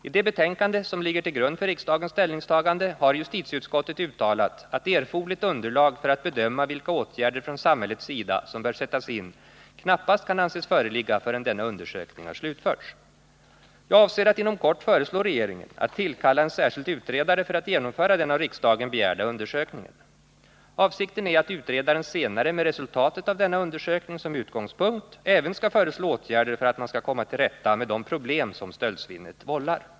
I det betänkande som ligger till grund för riksdagens ställningstagande har justitieutskottet uttalat att erforderligt underlag för att bedöma vilka åtgärder från samhällets sida som bör sättas in knappast kan anses föreligga förrän denna undersökning har slutförts. Jag avser att inom kort föreslå regeringen att tillkalla en särskild utredare för att genomföra den av riksdagen begärda undersökningen. Avsikten är att utredaren senare, med resultatet av denna undersökning som utgångspunkt, även skall föreslå åtgärder för att man skall komma till rätta med de problem som stöldsvinnet vållar.